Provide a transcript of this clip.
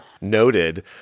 Noted